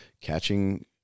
catching